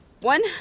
One